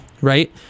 right